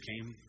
came